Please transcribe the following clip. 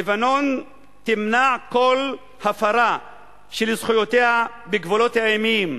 לבנון תמנע כל הפרה של זכויותיה בגבולות הימיים.